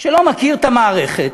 שלא מכיר את המערכת,